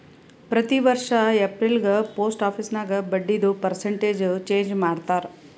ಪ್ರತಿ ವರ್ಷ ಎಪ್ರಿಲ್ಗ ಪೋಸ್ಟ್ ಆಫೀಸ್ ನಾಗ್ ಬಡ್ಡಿದು ಪರ್ಸೆಂಟ್ ಚೇಂಜ್ ಮಾಡ್ತಾರ್